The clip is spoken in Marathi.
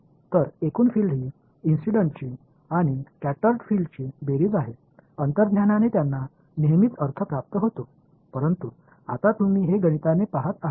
तर एकूण फील्ड ही इंसीडन्टची आणि स्कॅटर्ड फील्डची बेरीज आहे अंतर्ज्ञानाने त्यांना नेहमीच अर्थ प्राप्त होतो परंतु आता आम्ही हे गणिताने पहात आहोत